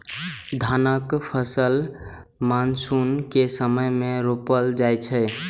धानक फसिल मानसून के समय मे रोपल जाइ छै